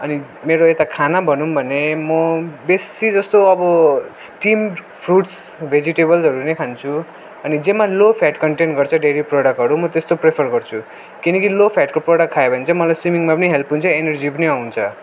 अनि मेरो यता खाना भनौँ भने म बेसी जस्तो अब स्टिम्ड फुड्स भेजिटेबलहरू नै खान्छु अनि जसमा लो फ्याट कन्टेन्ट गर्छ डेयरी प्रोडक्टहरू म त्यस्तो प्रिफर गर्छु किनकि लो फेटको प्रडक्ट खायो भने चाहिँ मलाई स्विमिङमा पनि हेल्प हुन्छ एनर्जी पनि आउँछ